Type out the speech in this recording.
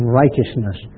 righteousness